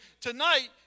tonight